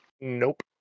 Nope